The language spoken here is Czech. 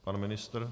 Pan ministr?